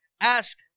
Ask